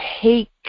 take